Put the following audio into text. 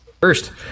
first